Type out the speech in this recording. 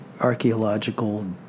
archaeological